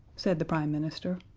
said the prime minister,